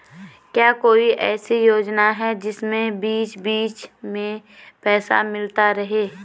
क्या कोई ऐसी योजना है जिसमें बीच बीच में पैसा मिलता रहे?